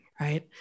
right